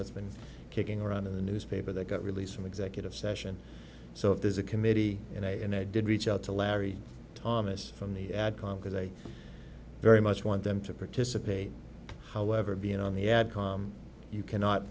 that's been kicking around in the newspaper that got released from executive session so if there's a committee and i did reach out to larry thomas from the ad com because i very much want them to participate however being on the ad you cannot